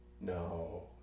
No